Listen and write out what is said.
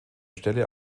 stelle